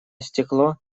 стекло